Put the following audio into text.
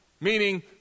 meaning